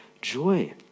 joy